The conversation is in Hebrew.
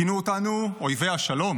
כינו אותנו אויבי השלום.